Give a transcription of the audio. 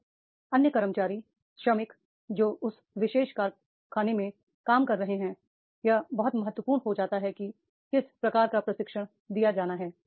अब अन्य कर्मचारी श्रमिक जो उस विशेष कारखाने में काम कर रहे हैं यह बहुत महत्वपूर्ण हो जाता है कि किस प्रकार का प्रशिक्षण दिया जाना है